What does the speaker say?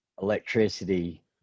Electricity